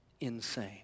insane